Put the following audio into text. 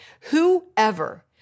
Whoever